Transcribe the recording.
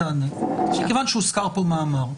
שהוזכר פה מאמר,